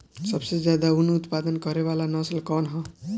सबसे ज्यादा उन उत्पादन करे वाला नस्ल कवन ह?